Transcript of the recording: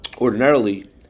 ordinarily